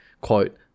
quote